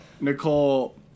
Nicole